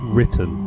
Written